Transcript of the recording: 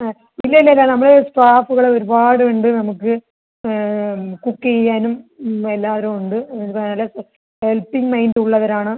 ആ ഇല്ല ഇല്ല നമ്മൾ സ്റ്റാഫുകൾ ഒരുപാട് ഉണ്ട് നമുക്ക് കുക്ക് ചെയ്യാനും എല്ലാവരും ഉണ്ട് ഇതുപോലെ ഒക്കെ ഹെൽപ്പിംഗ് മൈൻഡ് ഉള്ളവരാണ്